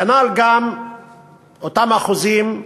כנ"ל, אותם אחוזים,